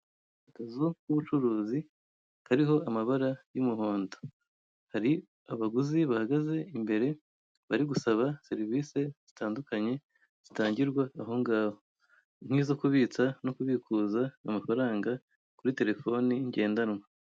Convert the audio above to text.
Akazu k'ubucuruzi kariho amabara y'umuhondo, hari abaguzi bahagaze imbere bari gusaba serivise zitandukanye zitangirwa aho ngaho, nkizo kubitsa no kubikuza amafaranga kuri telefone ngendanwa.